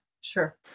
sure